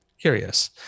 curious